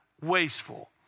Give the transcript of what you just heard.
wasteful